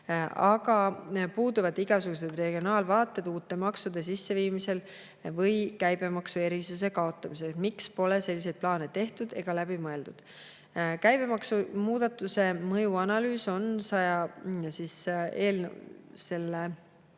puuduvad igasugused regionaalvaated uute maksude sisseviimisel või käibemaksuerisuse kaotamisel. Miks pole selliseid plaane tehtud ega läbimõeldud?" Käibemaksumuudatuse mõjuanalüüs on seaduseelnõu